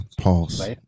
pause